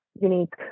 unique